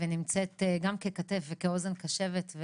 ונמצאת גם ככתף וכאוזן קשבת.